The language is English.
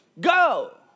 Go